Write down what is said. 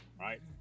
right